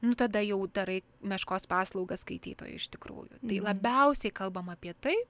nu tada jau darai meškos paslaugą skaitytojui iš tikrųjų tai labiausiai kalbam apie tai